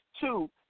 Two